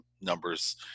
numbers